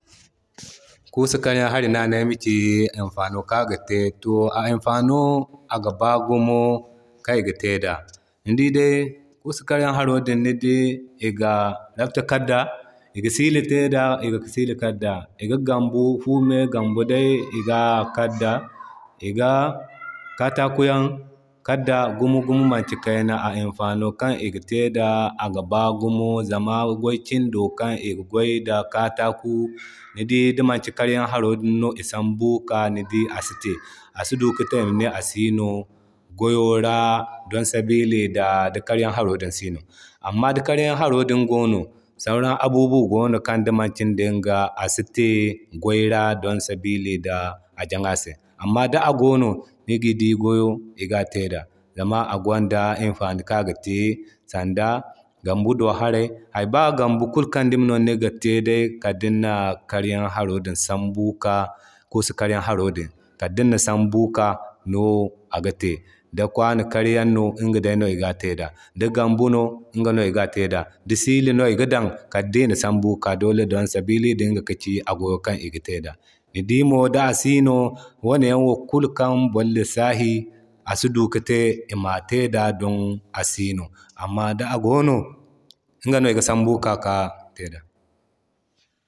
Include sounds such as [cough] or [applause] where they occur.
[noise] Kusa karyan hari no ane ayma ci imfano kan aga te. To a imfano kan aga te aga ba gumo kan iga te da. Ni dii day kusa karyaŋ haro din ni dii iga porti kar da, iga sili te da iga sili kar da iga gambo fume gambo day iga kar da, iga kaatako yaŋ kar da gumo-gumo maɲki kayna. A imfano kan iga te da aga baa gumo zama gway kindo kan iga gway da katako ni dii di manki karyaŋ haro din no i sambu kika asi te. Asi duka te ima ne asino goyo ra don sabili da di karyaŋ haro din si no. Amma di karyaŋ haro din gono sauran abubuwa gono kan di mankin dinga si te gwayo ra don sabili da ajaɲa se. Amma da a gono ni gi dii goyo iga te zama agwanda imfani kan aga te sanda gamba do hara ba gamba kulkan nigi te kaddin na karyan haro din sambu ka kusa karyaŋ haro din kaddi na sambu kika no aga te. Da kwano karyano iga day no iga te da gambu no iga no iga te da sili no iga dan kaddina sambu ka dole sabili di iga no ka ci goyo kan iga te da. Ni dii mo da sino wane yaŋ wo kul kaŋ boro lissahi asi du kite ima te don si no, amma da a gono iga no iga sambu kika te da. [noise]